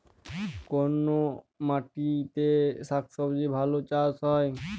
কোন মাটিতে শাকসবজী ভালো চাষ হয়?